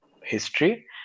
history